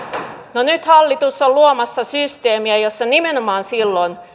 no nyt hallitus on luomassa systeemiä jossa nimenomaan silloin